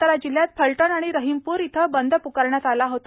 सातारा जिल्ह्यात फलटण आणि रहिमपूर इथं बंद पुकारण्यात आला होता